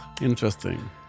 Interesting